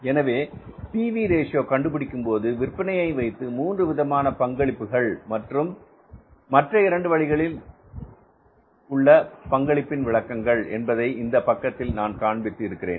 எனவே P V ratio PV Ratio கண்டுபிடிக்கும் போது விற்பனையை வைத்து 3 விதமான பங்களிப்புகள் மற்ற இரண்டு வழிகளில் பங்களிப்பின் விளக்கங்கள் என்பதை இந்த பக்கத்தில் நான் காண்பித்து இருக்கிறேன்